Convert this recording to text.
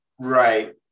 Right